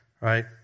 right